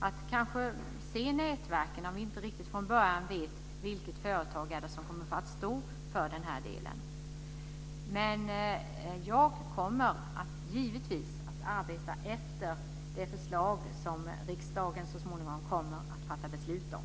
Det handlar om nätverk där vi kanske inte riktigt från början vet vilket företag det är som kommer att stå för den här delen. Jag kommer givetvis att arbeta efter det förslag som riksdagen så småningom kommer att fatta beslut om.